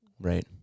Right